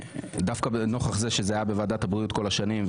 ודווקא נוכח זה שזה היה בוועדת הבריאות כל השנים,